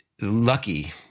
lucky